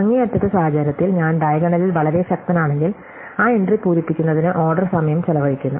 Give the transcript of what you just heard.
അങ്ങേയറ്റത്തെ സാഹചര്യത്തിൽ ഞാൻ ഡയഗണലിൽ വളരെ ശക്തനാണെങ്കിൽ ആ എൻട്രി പൂരിപ്പിക്കുന്നതിന് ഓർഡർ സമയം ചെലവഴിക്കുന്നു